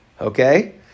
Okay